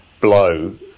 blow